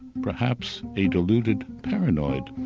perhaps, a deluded paranoid'.